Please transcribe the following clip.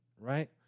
right